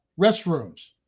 restrooms